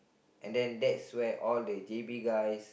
and then that's when all the J_B guys